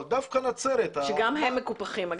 שגם הם מקופחים.